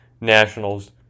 Nationals